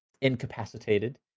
incapacitated